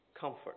comfort